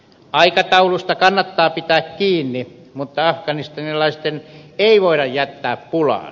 aikataulusta kannattaa pitää kiinni mutta afganistanilaisia ei voida jättää pulaan